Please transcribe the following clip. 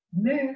move